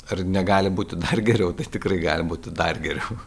ar negali būti dar geriau tai tikrai gali būti dar geriau